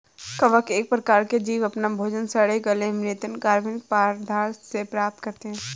कवक एक प्रकार के जीव अपना भोजन सड़े गले म्रृत कार्बनिक पदार्थों से प्राप्त करते हैं